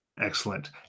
Excellent